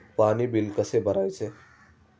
पाणी बिल कसे भरायचे?